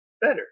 better